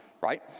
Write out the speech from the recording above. right